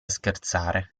scherzare